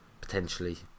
potentially